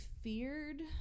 feared